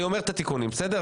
אני אומר את התיקונים, בסדר?